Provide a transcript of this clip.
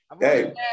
Hey